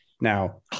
Now